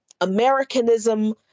Americanism